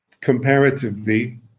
Comparatively